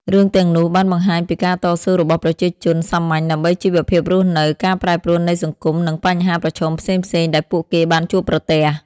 រឿងទាំងនោះបានបង្ហាញពីការតស៊ូរបស់ប្រជាជនសាមញ្ញដើម្បីជីវភាពរស់នៅ ការប្រែប្រួលនៃសង្គម និងបញ្ហាប្រឈមផ្សេងៗដែលពួកគេបានជួបប្រទះ។